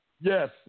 Yes